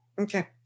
Okay